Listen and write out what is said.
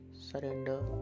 surrender